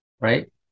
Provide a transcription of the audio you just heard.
right